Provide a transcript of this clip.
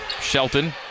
Shelton